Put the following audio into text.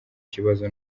kibazo